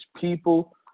people